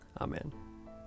Amen